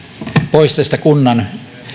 pois tästä kunnan